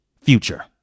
future